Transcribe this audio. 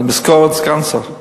זו משכורת סגן שר.